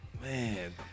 Man